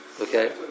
okay